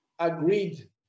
agreed